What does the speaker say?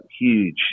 huge